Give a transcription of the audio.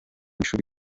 ishuri